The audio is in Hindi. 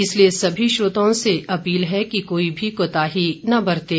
इसलिए सभी श्रोताओं से अपील है कि कोई भी कोताही न बरतें